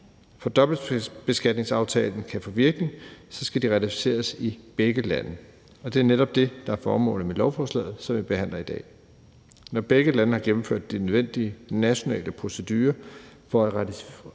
For at dobbeltbeskatningsaftalen kan få virkning, skal den ratificeres i begge lande, og det er netop det, der er formålet med lovforslaget, som vi behandler i dag. Når begge lande har gennemført de nødvendige nationale procedurer for at ratificere